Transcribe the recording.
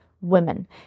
women